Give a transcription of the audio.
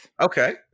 Okay